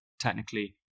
technically